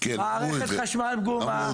מערכת חשמל פגומה,